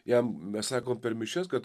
jam mes sakom per mišias kad